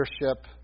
leadership